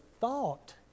thought